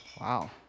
Wow